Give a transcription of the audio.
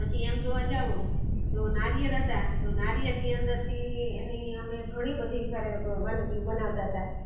પછી એમ જોવા જાઓ તો નારિયેળ હતાં તો નારિયેળની અંદરથી એની અમે ઘણીબધી ઘરે વાનગીઓ બનાવતા હતા